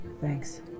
thanks